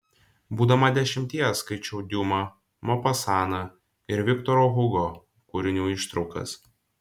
būdama dešimties skaičiau diuma mopasaną ir viktoro hugo kūrinių ištraukas